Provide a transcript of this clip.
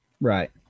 Right